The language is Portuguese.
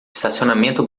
estacionamento